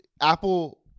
Apple